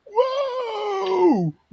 Whoa